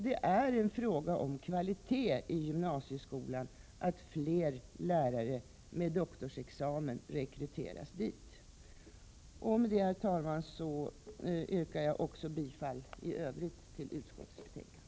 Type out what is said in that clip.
Det är en fråga om kvalitet i gymnasieskolan att fler lärare med doktorsexamen rekryteras dit. Herr talman! Jag yrkar i övrigt bifall till utskottets hemställan.